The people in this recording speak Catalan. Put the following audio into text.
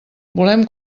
volem